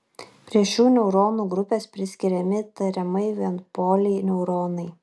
prie šių neuronų grupės priskiriami tariamai vienpoliai neuronai